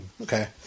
Okay